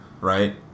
right